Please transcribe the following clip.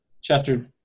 Chester